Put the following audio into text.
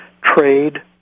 trade